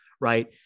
right